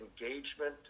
engagement